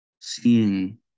seeing